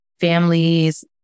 families